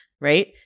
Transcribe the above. right